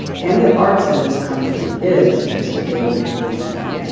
and the arts in this country is mr. david rubenstein,